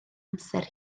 amser